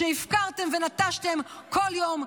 שהפקרתם ונטשתם כל יום,